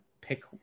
pick